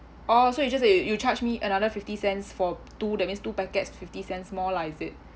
oh so you just say you you charge me another fifty cents for two that means two packets fifty cents more lah is it